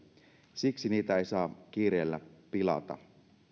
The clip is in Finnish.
siksi niitä ei saa kiireellä pilata